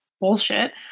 bullshit